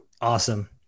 Awesome